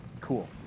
cool